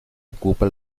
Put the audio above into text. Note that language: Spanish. ocupa